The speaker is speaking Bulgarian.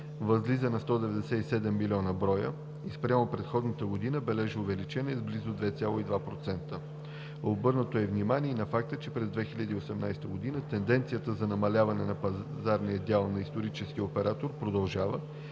възлиза на 197 млн. броя и спрямо предходната година бележи увеличение с близо 2,2%. Обърнато е внимание и на факта, че през 2018 г. тенденцията на намаление на пазарния дял на историческия оператор продължава,